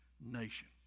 nation